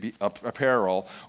apparel